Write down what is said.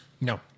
No